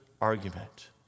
argument